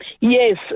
Yes